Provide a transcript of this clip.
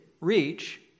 reach